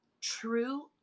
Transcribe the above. true